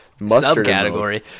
Subcategory